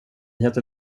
heter